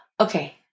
okay